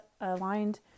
Aligned